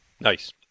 Nice